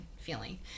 feeling